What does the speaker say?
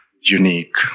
unique